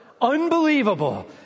Unbelievable